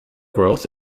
growth